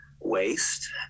waste